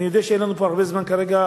אני יודע שאין לנו פה הרבה זמן כרגע,